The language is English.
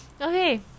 Okay